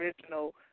original